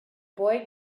boy